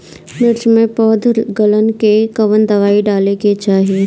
मिर्च मे पौध गलन के कवन दवाई डाले के चाही?